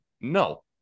No